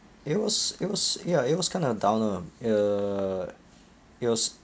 it was it was ya it was kind of a downer lah ya it was